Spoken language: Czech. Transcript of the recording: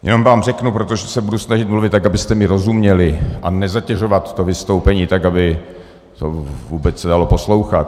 Jenom vám řeknu protože se budu snažit mluvit tak, abyste mi rozuměli, a nezatěžovat to vystoupení tak, aby se to vůbec dalo poslouchat.